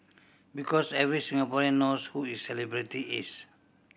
because every Singaporean knows who is celebrity is